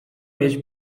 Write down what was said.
mieć